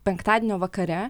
penktadienio vakare